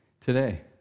today